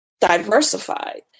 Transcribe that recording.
diversified